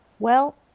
well,